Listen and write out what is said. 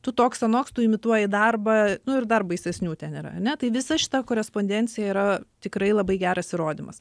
tu toks anoks tu imituoji darbą nu ir dar baisesnių ten yra ane tai visa šita korespondencija yra tikrai labai geras įrodymas